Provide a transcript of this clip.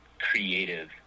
creative